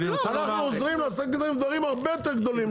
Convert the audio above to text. אנחנו עוזרים לעסקים קטנים בדברים הרבה יותר גדולים,